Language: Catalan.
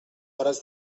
hores